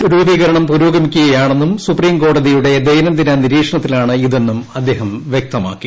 C രൂപീകരണം പുരോഗമിക്കുകയാണെന്നും സ്ക്രീംകോടതിയുടെ ദൈനംദിന നിരീക്ഷണത്തിലാണ് ഇതെന്നുർ അദ്ദേഹം വൃക്തമാക്കി